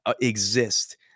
exist